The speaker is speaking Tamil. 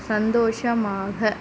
சந்தோஷமாக